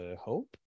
hope